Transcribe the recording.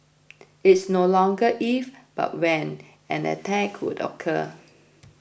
it's no longer if but when an attack would occur